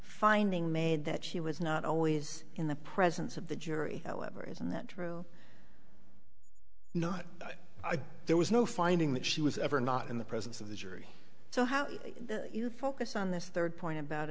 finding made that she was not always in the presence of the jury a lever isn't that true not there was no finding that she was ever not in the presence of the jury so how do you focus on this third point about